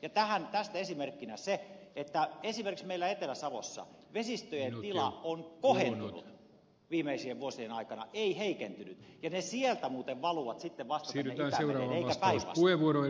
ja tästä esimerkkinä se että esimerkiksi meillä etelä savossa vesistöjen tila on kohentunut viimeisien vuosien aikana ei heikentynyt ja ne sieltä muuten valuvat sitten vasta sinne itämereen eikä päinvastoin